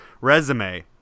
Resume